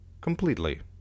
Completely